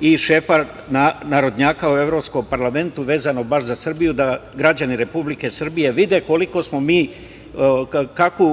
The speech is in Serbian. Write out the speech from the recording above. i šefa narodnjaka u Evropskom parlamentu, vezano baš za Srbiju, da građani Republike Srbije vide kako